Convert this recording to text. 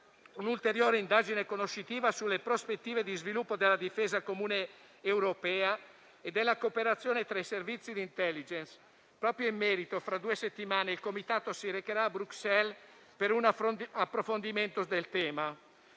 un'ulteriore indagine conoscitiva sulle prospettive di sviluppo della difesa comune europea e della cooperazione tra i servizi di *intelligence.* Proprio in merito, il Comitato si recherà a Bruxelles per un approfondimento del tema